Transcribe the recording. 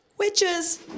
witches